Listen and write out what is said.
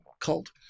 cult